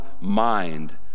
mind